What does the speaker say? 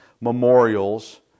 memorials